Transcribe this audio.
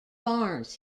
barns